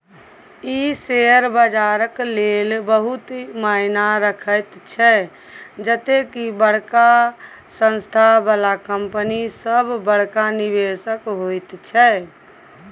ई share बजारक लेल बहुत ही मायना रखैत छै जते की बड़का संस्था बला कंपनी सब बड़का निवेशक होइत छै